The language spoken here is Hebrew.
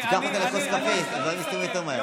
צריך להוסיף לו את הזמן.